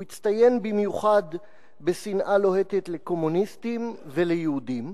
הוא הצטיין במיוחד בשנאה לוהטת לקומוניסטים וליהודים.